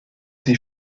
des